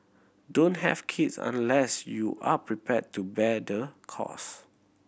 don't have kids unless you are prepared to bear the cost